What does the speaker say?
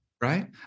Right